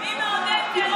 מי מעודד טרור.